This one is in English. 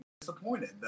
disappointed